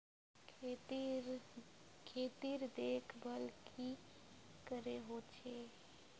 खेतीर देखभल की करे होचे?